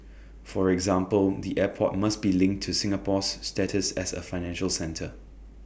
for example the airport must be linked to Singapore's status as A financial centre